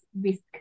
risk